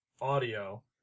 audio